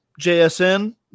JSN